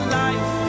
life